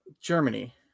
Germany